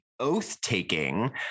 oath-taking